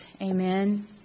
Amen